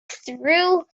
threw